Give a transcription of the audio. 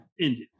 ended